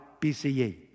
BCE